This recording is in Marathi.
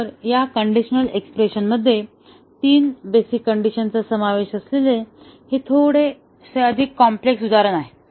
तर या कंडिशनल एक्सप्रेशनमध्ये तीन बेसिक कंडिशनचा समावेश असलेले हे थोडे अधिक कॉम्प्लेक्स उदाहरण आहे